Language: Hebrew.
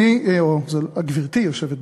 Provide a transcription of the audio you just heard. גברתי היושבת-ראש,